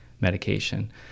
medication